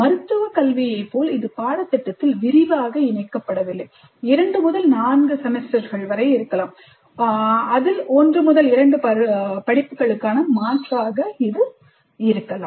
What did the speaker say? மருத்துவக் கல்வியைப் போல் இது பாடத்திட்டத்தில் விரிவாக இணைக்கப்படவில்லை 2 முதல் 4 செமஸ்டர்கள் வரை இருக்கலாம் 1 முதல் 2 படிப்புகளுக்குகான மாற்றாக இது இருக்கலாம்